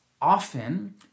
often